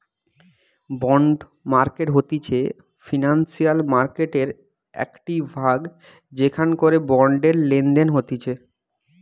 bond market হতিছে financial মার্কেটের একটিই ভাগ যেখান করে বন্ডের লেনদেন হতিছে